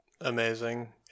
amazing